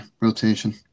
rotation